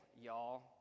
y'all